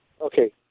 Okay